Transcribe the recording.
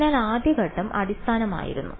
അതിനാൽ ആദ്യ ഘട്ടം അടിസ്ഥാനമായിരുന്നു